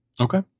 Okay